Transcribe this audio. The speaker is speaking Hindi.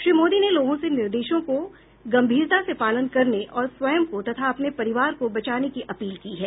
श्री मोदी ने लोगों से निर्देशों का गंभीरता से पालन करने और स्वयं को तथा अपने परिवार को बचाने की अपील की है